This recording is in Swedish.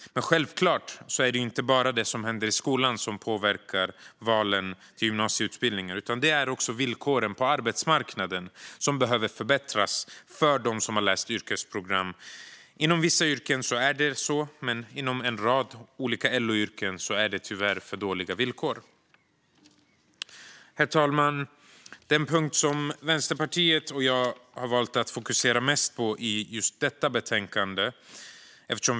Självklart är det inte bara det som händer i skolan som påverkar valen till gymnasieutbildningar. Det handlar också om att villkoren på arbetsmarknaden behöver förbättras för dem som har läst yrkesprogram. Inom vissa yrken är det så. Men inom en rad olika LO-yrken är det tyvärr för dåliga villkor. Herr talman! Den punkt som Vänsterpartiet och jag har valt att fokusera mest på i just detta betänkande är studie och yrkesvägledningen.